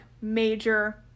Major